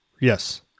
Yes